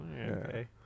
Okay